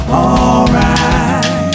alright